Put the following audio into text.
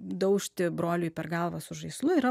daužti broliui per galvą su žaislu yra